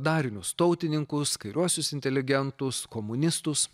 darinius tautininkus kairiuosius inteligentus komunistus